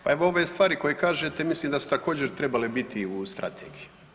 Pa evo ove stvari koje kažete mislim da su također trebale biti u strategiji.